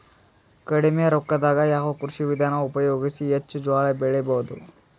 ಕಡಿಮಿ ರೊಕ್ಕದಾಗ ಯಾವ ಕೃಷಿ ವಿಧಾನ ಉಪಯೋಗಿಸಿ ಹೆಚ್ಚ ಜೋಳ ಬೆಳಿ ಬಹುದ?